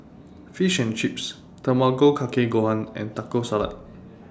Fish and Chips Tamago Kake Gohan and Taco Salad